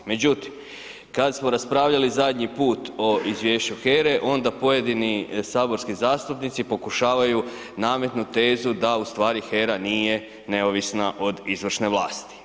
Međutim, kad smo raspravljali zadnji put o izvješću HERE onda pojedini saborski zastupnici pokušavaju nametnut tezu da u stvari HERA nije neovisna od izvršne vlasti.